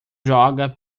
joga